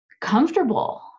comfortable